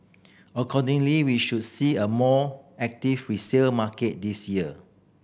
accordingly we should see a more active resale market this year